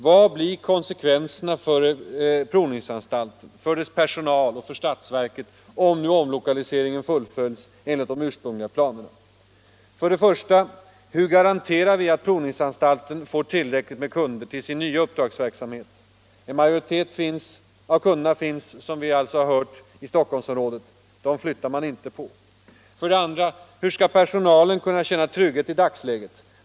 Vad blir konsekvenserna för provningsanstalten, för dess personal och för statsverket, om nu omlokaliseringen fullföljs enligt de ursprungliga planerna? Hur garanterar vi för det första att provningsanstalten får tillräckligt med kunder till sin nya uppdragsverksamhet? En majoritet av kunderna finns, som vi hörde, i Stockholmsområdet. De kunderna flyttar man inte på. Hur skall personalen för det andra kunna känna trygghet i dagsläget?